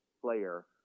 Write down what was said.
player